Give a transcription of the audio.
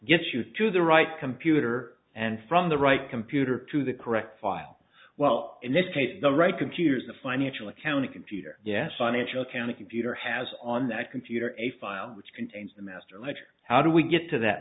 gets you to the right computer and from the right computer to the correct file well in this case the right computers the financial accounting computer yes financial accounting computer has on that computer a file which contains the master ledger how do we get to that